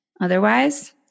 Otherwise